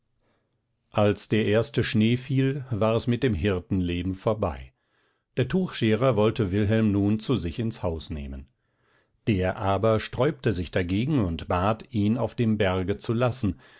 als der erste schnee fiel war es mit dem hirtenleben vorbei der tuchscherer wollte wilhelm nun zu sich ins haus nehmen der aber sträubte sich dagegen und bat ihn auf dem berge zu lassen